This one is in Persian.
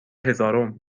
هزارم